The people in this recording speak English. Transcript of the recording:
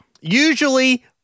Usually